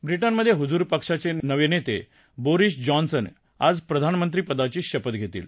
व्रिटनमधे हुजूर पक्षाचे नवे नेते बोरिस जॉन्सन आज प्रधानमंत्रीपदाची शपथ घेतील